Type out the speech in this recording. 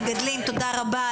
המגדלים, תודה רבה.